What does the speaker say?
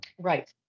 right